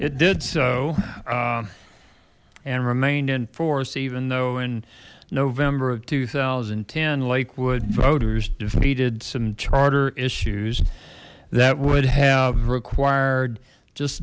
it did so and remained in force even though in november of two thousand and ten lakewood voters defeated some charter issues that would have required just